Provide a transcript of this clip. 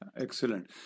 Excellent